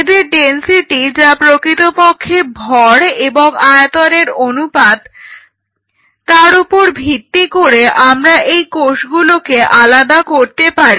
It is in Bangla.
এদের ডেনসিটি যা প্রকৃতপক্ষে ভর এবং আয়তনের অনুপাত তার উপর ভিত্তি করে তোমরা এই কোষগুলোকে আলাদা করতে পারো